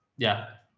yeah.